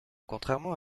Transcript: contrairement